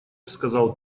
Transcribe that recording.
сказал